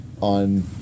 on